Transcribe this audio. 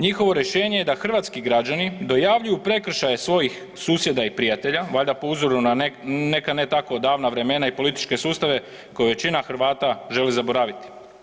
Njihovo rješenje je da hrvatski građani dojavljuju prekršaje svojih susjeda i prijatelja valjda po uzoru na neka ne tako davna vremena i političke sustave koje većina Hrvata želi zaboraviti.